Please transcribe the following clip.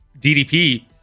DDP